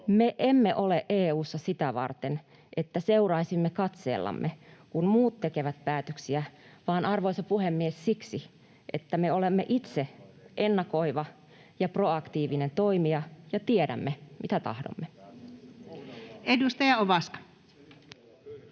Me emme ole EU:ssa sitä varten, että seuraisimme katseellamme, kun muut tekevät päätöksiä, vaan, arvoisa puhemies, siksi, että me olemme itse ennakoiva ja proaktiivinen toimija ja tiedämme, mitä tahdomme. [Speech 9]